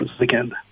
again